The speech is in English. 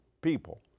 people